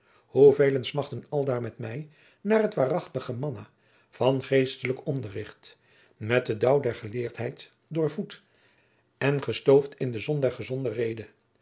velen smachten aldaar met mij naar het waarachtige manna van geestelijk onderricht met den daauw der geleerdheid doorvoed en gestoofd in de zon der gezonde rede